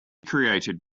created